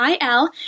il